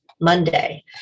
Monday